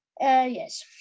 Yes